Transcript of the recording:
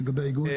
ומה לגבי אגודות?